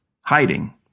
Hiding